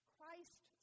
Christ